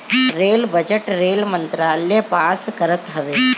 rail budget rail मंत्रालय pass करत हवे